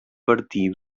partir